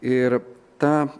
ir tą